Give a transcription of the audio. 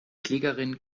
klägerin